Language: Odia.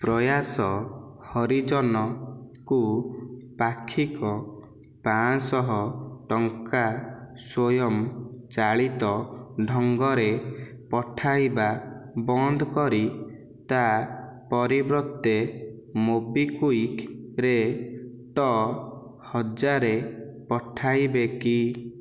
ପ୍ରୟାସ ହରିଜନଙ୍କୁ ପାକ୍ଷିକ ପାଞ୍ଚଶହ ଟଙ୍କା ସ୍ୱୟଂ ଚାଳିତ ଢଙ୍ଗରେ ପଠାଇବା ବନ୍ଦ କରି ତା ପରିବର୍ତ୍ତେ ମୋବିକ୍ଵିକ୍ରେ ହଜାରେ ଟଙ୍କା ପଠାଇବେ କି